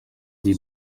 die